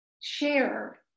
share